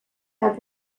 have